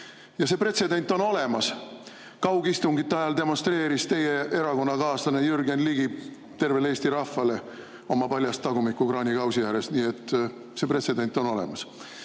See pretsedent on olemas. Kaugistungite ajal demonstreeris teie erakonnakaaslane Jürgen Ligi tervele Eesti rahvale oma paljast tagumikku kraanikausi ääres, nii et see pretsedent on olemas. Aga